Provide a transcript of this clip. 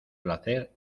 placer